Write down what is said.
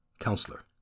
Counselor